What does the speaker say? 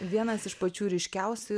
vienas iš pačių ryškiausių